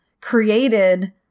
created